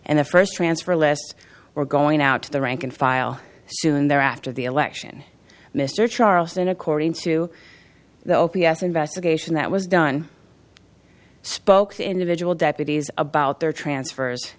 and the first transfer list were going out to the rank and file soon there after the election mr charleston according to the o p s investigation that was done spoke to individual deputies about their transfers